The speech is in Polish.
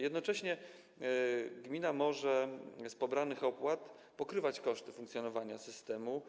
Jednocześnie gmina z pobranych opłat może pokrywać koszty funkcjonowania systemu.